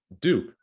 Duke